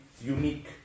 unique